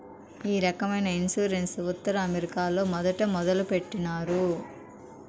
ఈ రకమైన ఇన్సూరెన్స్ ఉత్తర అమెరికాలో మొదట మొదలుపెట్టినారు